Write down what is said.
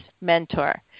mentor